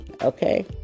Okay